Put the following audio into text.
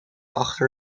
achter